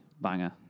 banger